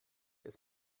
ist